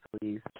please